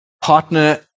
partner